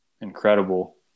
incredible